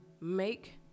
make